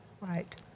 Right